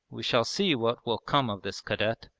we shall see what will come of this cadet.